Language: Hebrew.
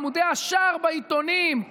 עמודי השער בעיתונים,